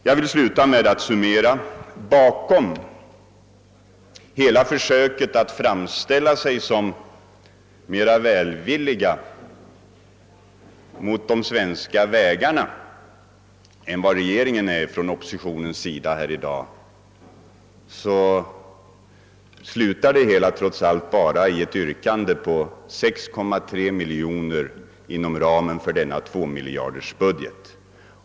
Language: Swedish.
Oppositionens försök att framställa sig som mer välvilligt inställd till väganslagen än regeringen slutar alltså bara i ett yrkande på en uppräkning av anslagen med 6,3 miljoner kronor inom ramen för denna tvåmiljardersbudget.